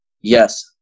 yes